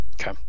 Okay